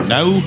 Now